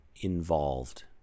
involved